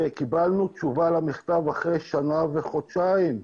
קיבלנו תשובה למכתב אחרי שנה וחודשיים.